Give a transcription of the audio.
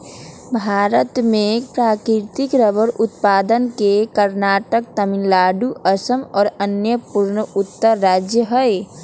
भारत में प्राकृतिक रबर उत्पादक के कर्नाटक, तमिलनाडु, असम और अन्य पूर्वोत्तर राज्य हई